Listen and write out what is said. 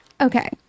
Okay